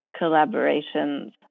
collaborations